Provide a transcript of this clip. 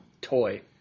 toy